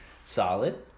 Solid